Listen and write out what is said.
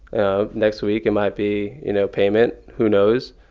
ah next week it might be, you know, payment. who knows?